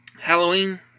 Halloween